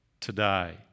today